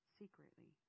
secretly